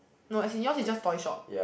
no as in yours is just toy shop